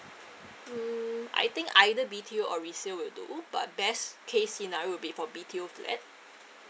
mm I think either be B_T_O or resale will do but best case scenario would be for B_T_O flat